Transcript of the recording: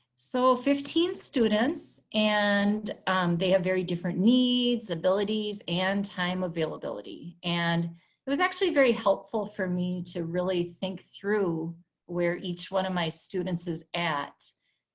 so fifteen students and they have very different needs, abilities and time availability. and it was actually very helpful for me to really think through where each one of my students is at.